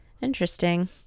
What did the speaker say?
Interesting